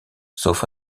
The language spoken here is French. sauf